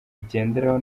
igenderaho